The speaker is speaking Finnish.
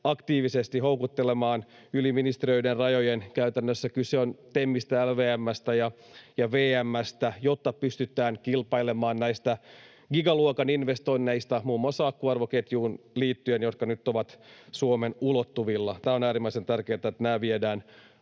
aktiivisesti houkuttelemaan yli ministeriöiden rajojen — käytännössä kyse on TEMistä, LVM:stä ja VM:stä — jotta pystytään kilpailemaan näistä gigaluokan investoinneista, muun muassa akkuarvoketjuun liittyen, jotka nyt ovat Suomen ulottuvilla. Tämä on äärimmäisen tärkeätä, että nämä viedään